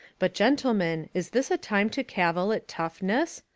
but, gentlemen, is this a time to cavil at toughness?